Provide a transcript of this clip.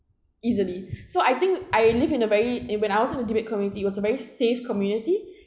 easily so I think I live in a very eh when I was in a debate community it was a very safe community